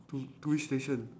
to whi~ to which station